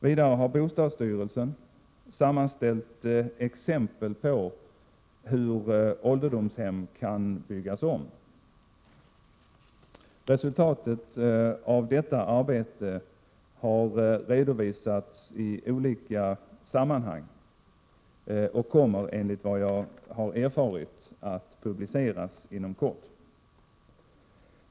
Vidare har bostadsstyrelsen sammanställt exempel på hur ålderdomshem kan byggas om. Resultatet av detta arbete har redovisats i olika sammanhang och kommer enligt vad jag har erfarit att publiceras inom kort.